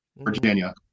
Virginia